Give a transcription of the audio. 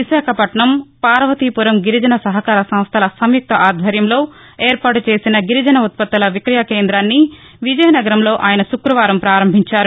విశాఖపట్నం పార్వతీపురం గిరిజన సహకార సంస్టల సంయుక్త ఆధ్వర్యంలో ఏర్పాటు చేసిన గిరిజన ఉత్పత్తుల విక్రయ కేంద్రాన్ని విజయనగరంలో ఆయన శుక్రవారం ప్రారంభించారు